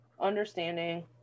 understanding